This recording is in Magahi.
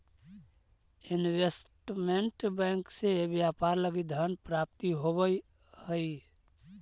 इन्वेस्टमेंट बैंक से व्यापार लगी धन प्राप्ति होवऽ हइ